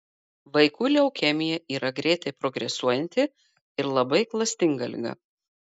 vaikų leukemija yra greitai progresuojanti ir labai klastinga liga